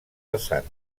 vessant